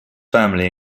family